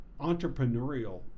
entrepreneurial